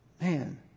man